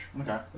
Okay